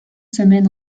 semaine